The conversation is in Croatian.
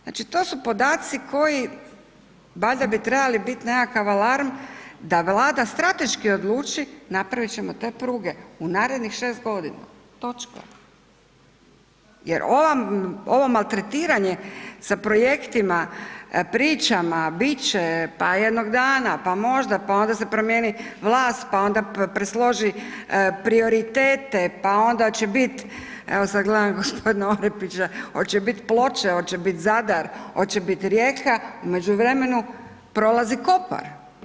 Znači to su podaci koji bi valjda trebali biti nekakav alarm da Vlada strateški odluči napravit ćemo te pruge u narednih 6 godina, točka jel ovo maltretiranje sa projektima, pričama bit će, pa jednog dana, pa možda, pa onda se promijeni vlast pa onda presloži prioritete, pa onda će biti, evo sada gledam gospodina Orepića, hoće biti Ploče, hoće biti Zadar, hoće biti Rijeka u međuvremenu prolazi Kopar.